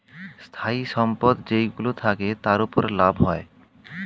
স্থায়ী সম্পদ যেইগুলো থাকে, তার উপর লাভ হয়